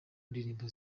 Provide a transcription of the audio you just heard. ndirimbo